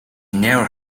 never